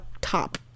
top